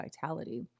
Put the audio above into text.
vitality